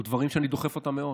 אלה דברים שאני דוחף אותם מאוד.